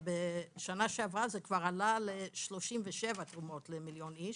ובשנה שעברה זה כבר עלה ל-37 תרומות למיליון איש.